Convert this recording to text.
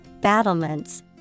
battlements